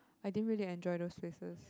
I din really enjoy those places